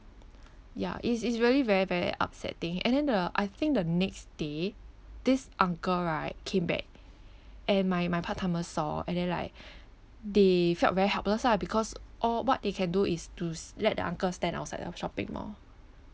ya it's it's really very very upsetting and then the I think the next day this uncle right came back and my my part timers saw and then like they felt very helpless lah because all what they can do is to s~ let the uncle stand outside the shopping mall